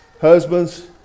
Husbands